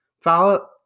Follow